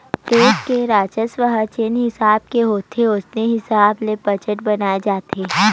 देस के राजस्व ह जेन हिसाब के होथे ओसने हिसाब ले बजट बनाए जाथे